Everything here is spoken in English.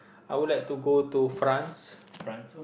I would like to go to France